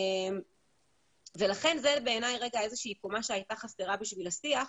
זו בעיניי קומה שהייתה חסרה בשיח.